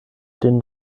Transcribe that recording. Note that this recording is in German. den